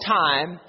time